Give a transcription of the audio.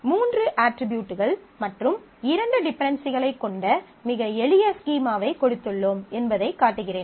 மூன்று அட்ரிபியூட்கள் மற்றும் இரண்டு டிபென்டென்சிகளைக் கொண்ட மிக எளிய ஸ்கீமாவைக் கொடுத்துள்ளோம் என்பதைக் காட்டுகிறேன்